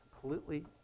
Completely